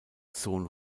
sohn